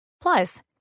Plus